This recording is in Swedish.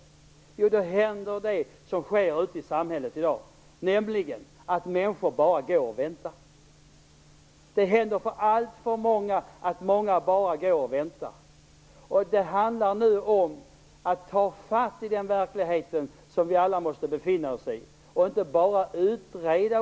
Jo, då händer det som förekommer ute i samhället i dag, nämligen att människor bara går och väntar. Alltför många går bara och väntar. Nu handlar det om att ta tag i den verkligheten som vi alla befinner oss i och inte bara utreda.